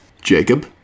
Jacob